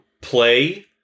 play